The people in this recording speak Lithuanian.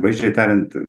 vaizdžiai tariant